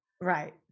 Right